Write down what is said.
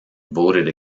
voted